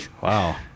wow